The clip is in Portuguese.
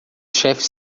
chefes